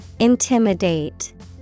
Intimidate